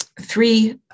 three